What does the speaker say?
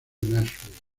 nashville